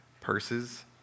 Purses